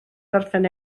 gorffen